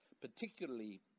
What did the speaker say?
particularly